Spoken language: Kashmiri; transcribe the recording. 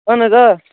اَہَن حظ آ